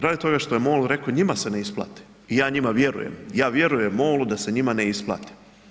Radi toga što je MOL rekao, njima se ne isplati i ja njima vjerujem, ja vjerujem MOL-u da se njima ne isplati.